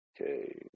Okay